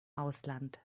ausland